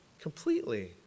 Completely